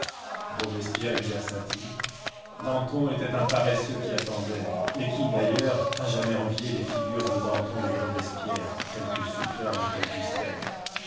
robespierre exerça t il danton était un paresseux qui attendait mais qui d'ailleurs a jamais envié les figures de danton et de robespierre quelque superbes qu'elles puissent être